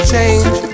Change